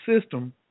system